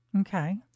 Okay